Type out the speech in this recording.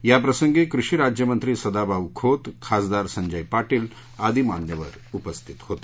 याप्रसंगी कृषी राज्यमंत्री सदाभाऊ खोत खासदार संजय पाटील आदी मान्यवर उपस्थित होते